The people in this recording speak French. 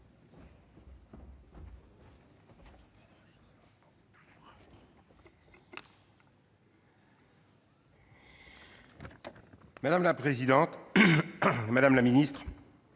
Madame la présidente, madame la ministre,